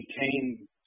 maintain